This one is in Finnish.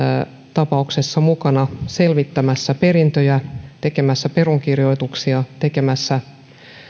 tapauksissa mukana selvittämässä perintöjä tekemässä perunkirjoituksia tekemässä